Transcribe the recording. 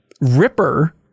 Ripper